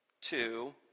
Two